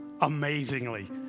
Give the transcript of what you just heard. amazingly